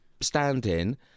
stand-in